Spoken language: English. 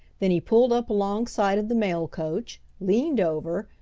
then he pulled up alongside of the mail coach, leaned over,